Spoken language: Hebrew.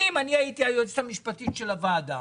אני, אם אני הייתי היועצת המשפטית של הוועדה,